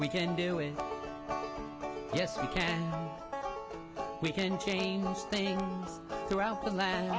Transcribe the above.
we can do it yes you can we can change things throughout the land